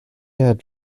had